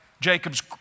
Jacob's